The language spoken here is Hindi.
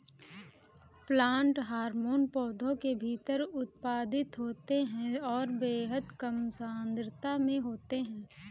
प्लांट हार्मोन पौधों के भीतर उत्पादित होते हैंऔर बेहद कम सांद्रता में होते हैं